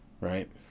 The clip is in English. Right